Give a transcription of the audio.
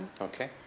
Okay